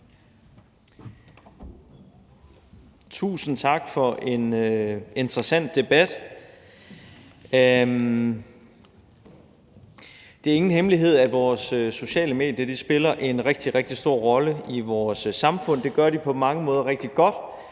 Tusind tak for en interessant debat. Det er ingen hemmelighed, at de sociale medier spiller en rigtig, rigtig stor rolle i vores samfund, og på rigtig mange måder gør de